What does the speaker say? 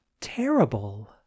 terrible